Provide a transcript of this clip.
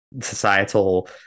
societal